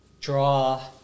draw